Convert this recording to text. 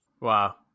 Wow